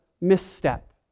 misstep